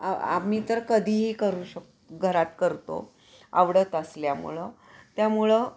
आ आम्ही तर कधीही करू शक घरात करतो आवडत असल्यामुळं त्यामुळं